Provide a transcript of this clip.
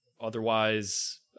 otherwise